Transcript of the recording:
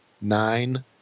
nine